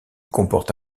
comporte